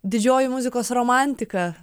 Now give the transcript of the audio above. didžioji muzikos romantika